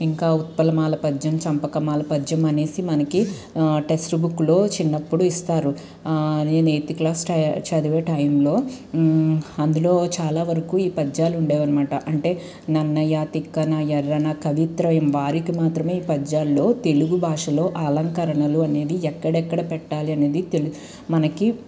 ఇంకా ఉత్పలమాల పద్యం చంపకమాల పద్యం అనేసి మనకి టెస్ట్ బుక్లో చిన్నప్పుడు ఇస్తారు నేను ఎయిత్ క్లాస్ చదివే టైంలో అందులో చాలా వరకు ఈ పద్యాలు ఉండేవి అనమాట అంటే నన్నయ తిక్కన ఎర్రన కవిత్రయం వారికి మాత్రమే ఈ పద్యాల్లో తెలుగు భాషలో అలంకరణలు అనేది ఎక్కడెక్కడ పెట్టాలి అనేది తెలు మనకి